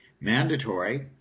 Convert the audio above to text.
mandatory